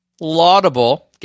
laudable